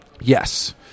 Yes